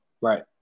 Right